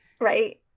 Right